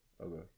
Okay